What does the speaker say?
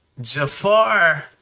Jafar